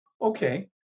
Okay